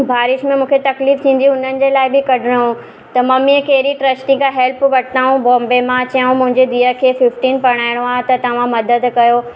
बारिश में मूंखे तकलीफ़ थींदियूं हुननि जे लाइ बि कढणो हुयो त मम्मीअ कहिड़ी ट्रस्टी खां हेल्प वरितऊं बॉम्बे मां चयऊं मुंहिंजे धीउ खे फिफ्टीन पढ़ाइणो आहे त तव्हां मदद कयो